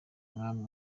umwami